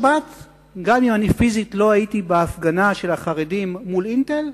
גם אם אני פיזית לא הייתי בהפגנה של החרדים מול "אינטל",